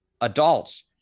adults